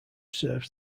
serves